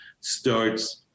starts